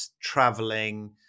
traveling